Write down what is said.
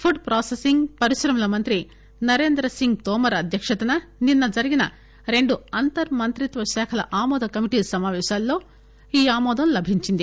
food processing పరిశ్రమల మంత్రి నరేంద్రసింగ్ తోమర్ అధ్భక్షతన నిన్న జరిగిన రెండు అంతర్ మంత్రిత్వశాఖల ఆమోద కమిటీ సమాపేశాల్లో ఈ ఆమోదం లభించింది